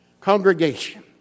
Congregation